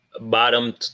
Bottom